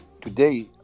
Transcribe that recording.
today